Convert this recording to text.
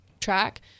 track